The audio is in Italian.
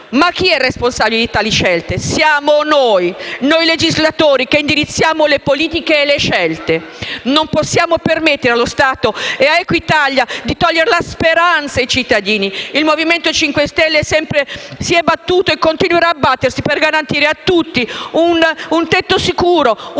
Ma chi è il responsabile di tali scelte? Siamo noi. Noi legislatori che indirizziamo le politiche e le scelte. Non possiamo permettere allo Stato e a Equitalia di togliere la speranza ai cittadini. Il Movimento 5 Stelle si è sempre battuto e continuerà a battersi per garantire a tutti un tetto sicuro, un reddito